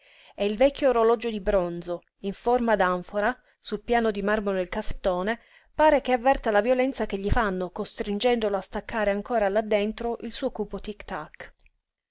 e il vecchio orologio di bronzo in forma d'anfora sul piano di marmo del cassettone pare che avverta la violenza che gli fanno costringendolo a staccare ancora là dentro il suo cupo tic-tac sul